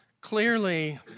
clearly